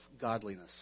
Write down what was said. godliness